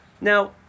Now